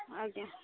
ଆଜ୍ଞା